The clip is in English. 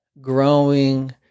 growing